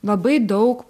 labai daug